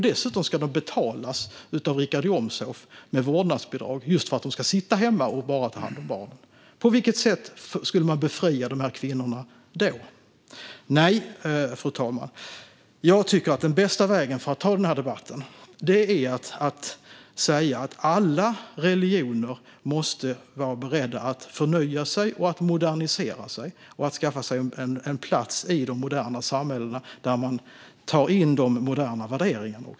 Dessutom ska de betalas av Richard Jomshof med vårdnadsbidrag för att de just ska sitta hemma och bara ta hand om barnen. Hur befriar man då de här kvinnorna? Fru talman! Jag tycker i stället att den bästa vägen att ta denna debatt är att säga att alla religioner måste vara beredda att förnya och modernisera sig och att skaffa sig en plats i de moderna samhällena där de tar in moderna värderingar.